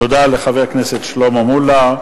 תודה לחבר הכנסת שלמה מולה.